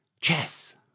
Chess